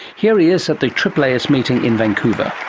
here he is at the aaas meeting in vancouver.